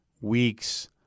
weeks